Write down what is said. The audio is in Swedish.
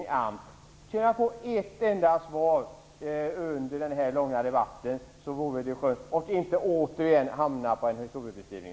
Det vore skönt att få ett enda svar under denna långa debatt och inte återigen hamna i en historiebeskrivning.